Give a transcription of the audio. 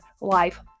life